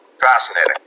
Fascinating